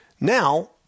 now